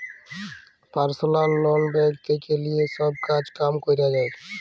personal loan bank থেক্যে লিয়ে সব কাজ কাম ক্যরা যায়